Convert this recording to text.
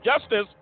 justice